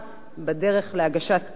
בדרך להגשת כתב-אישום.